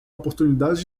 oportunidades